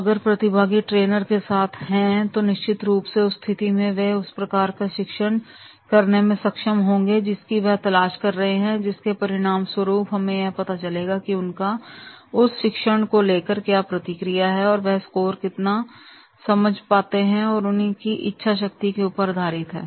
अगर प्रतिभागी ट्रेनर के साथ हैं तो निश्चित रूप से उस स्थिति में वे उस प्रकार का शिक्षण करने में सक्षम होंगे जिसकी वह तलाश कर रहे हैं जिसके परिणाम स्वरूप हमें यह पता चलेगा कि उनका उस शिक्षण को लेकर क्या प्रतिक्रिया है और वह स्कोर कितना समझे हैं जो उनकी इच्छा शक्ति के ऊपर आधारित है